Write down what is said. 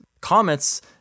Comets